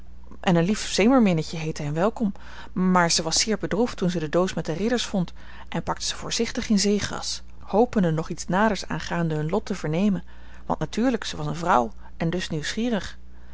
en een lief zeemeerminnetje heette hen welkom maar zij was zeer bedroefd toen zij de doos met de ridders vond en pakte ze voorzichtig in zeegras hopende nog iets naders aangaande hun lot te vernemen want natuurlijk ze was een vrouw en dus nieuwsgierig